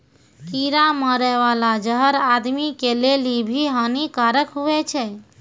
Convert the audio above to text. कीड़ा मारै बाला जहर आदमी के लेली भी हानि कारक हुवै छै